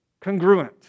congruent